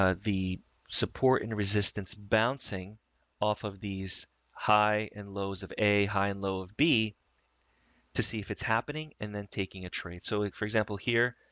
ah the support and resistance bouncing off of these high and lows of a high and low of b to see if it's happening and then taking a trade. so it, for example, here,